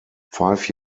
five